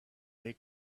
big